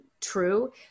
true